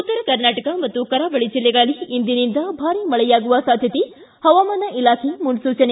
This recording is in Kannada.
ಉತ್ತರಕರ್ನಾಟಕ ಮತ್ತು ಕರಾವಳಿ ಜಿಲ್ಲೆಗಳಲ್ಲಿ ಇಂದಿನಿಂದ ಭಾರಿ ಮಳೆಯಾಗುವ ಸಾಧ್ಯತೆ ಹವಾಮಾನ ಇಲಾಖೆ ಮುನ್ಸುಚನೆ